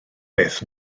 beth